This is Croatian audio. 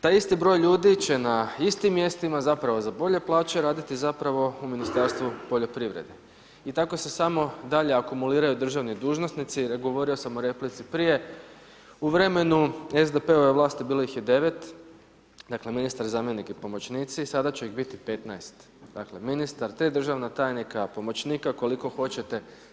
Taj isti broj ljudi će na istim mjestima zapravo za bolje plaće raditi zapravo u Ministarstvu poljoprivrede i tako se samo dalje akumuliraju državni dužnosnici jer govorio sam u replici prije, u vremenu SDP-ove vlasti bilo ih je 9, dakle ministar, zamjenik i pomoćnici, sada će ih biti 15, dakle ministar, 3 državna tajnika, pomoćnika koliko hoćete.